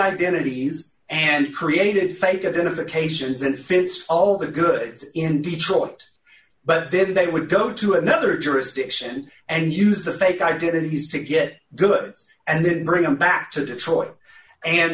identities and created fake identification fits all the goods in detroit but then they would go to another jurisdiction and use the fake identities to get goods and then bring them back to detroit and